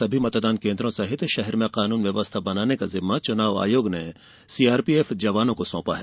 सभी मतदान केन्द्रों सहित शहर में कानून व्यवस्था बनाने का जिम्मा चुनाव आयोग ने सीआरपीएफ जवानों को सौंपा हैं